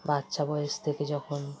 বাচ্চা বয়স থেকে যখন